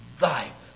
thy